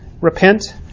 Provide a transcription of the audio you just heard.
Repent